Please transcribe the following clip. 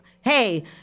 hey